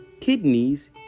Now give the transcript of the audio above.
Kidneys